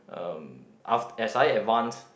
um af~ as I advance